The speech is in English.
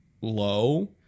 low